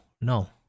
no